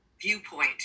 Viewpoint